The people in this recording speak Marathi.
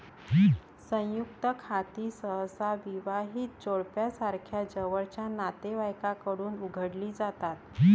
संयुक्त खाती सहसा विवाहित जोडप्यासारख्या जवळच्या नातेवाईकांकडून उघडली जातात